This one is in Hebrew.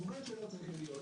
כמובן שהם לא צריכים להיות